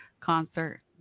concert